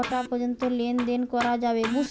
কটা পর্যন্ত লেন দেন করা যাবে?